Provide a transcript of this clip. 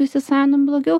įsisavinam blogiau